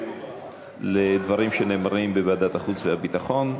לדברים שנאמרים בוועדת החוץ והביטחון.